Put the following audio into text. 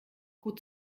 gut